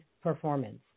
performance